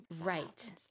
Right